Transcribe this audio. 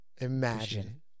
Imagine